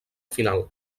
final